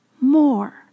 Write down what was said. more